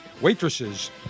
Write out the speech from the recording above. waitresses